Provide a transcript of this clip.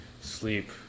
sleep